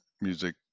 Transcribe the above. music